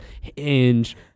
Hinge